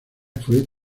fue